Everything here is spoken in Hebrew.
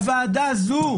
הוועדה הזו,